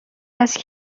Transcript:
است